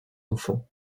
enfants